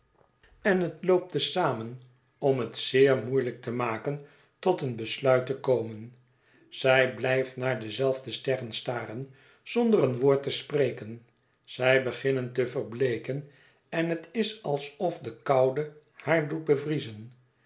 en het loopt te zamen om het zeer moeielijk te maken tot een besluit te komen zij blijft naar dezelfde sterren staren zonder een woord te spreken zij beginnen te verbleeken en het is alsof de koude haar doet bevriezen